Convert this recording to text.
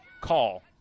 call